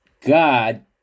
God